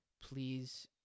please